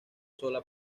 sola